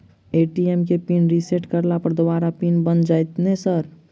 ATM केँ pin reset करला पर दोबारा पिन बन जाइत नै सर?